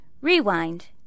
Rewind